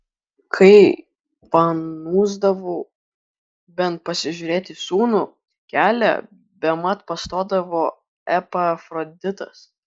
kai panūsdavau bent pasižiūrėti į sūnų kelią bemat pastodavo epafroditas